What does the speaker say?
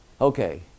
Okay